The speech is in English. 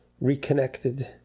reconnected